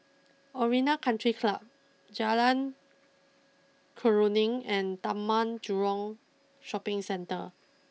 Arena country Club Jalan Keruing and Taman Jurong Shopping Centre